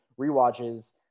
rewatches